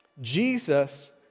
Jesus